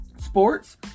Sports